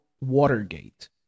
Watergate